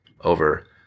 over